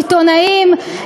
עיתונאים,